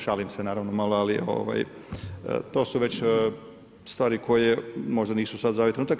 Šalim se naravno malo, ali to su već stvari koje možda nisu sad za ovaj trenutak.